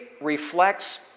reflects